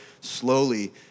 slowly